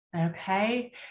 Okay